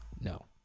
No